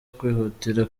kwihutira